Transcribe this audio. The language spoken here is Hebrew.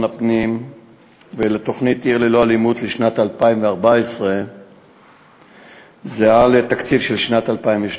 הפנים לתוכנית "עיר ללא אלימות" לשנת 2014 זהה לתקציב שנת 2013,